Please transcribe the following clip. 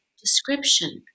description